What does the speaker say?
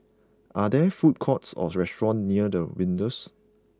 are there food courts or restaurants near The Windsor